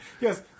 Yes